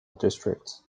districts